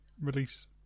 release